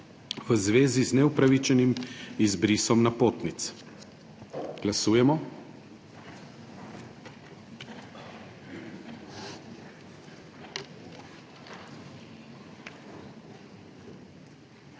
v zvezi z neupravičenim izbrisom napotnic. Glasujemo.